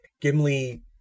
Gimli